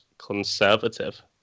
conservative